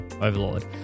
overlord